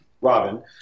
Robin